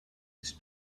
his